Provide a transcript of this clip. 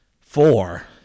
four